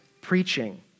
preaching